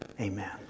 Amen